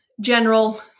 general